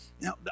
Now